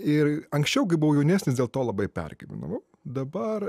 ir anksčiau kai buvau jaunesnis dėl to labai pergyvenau dabar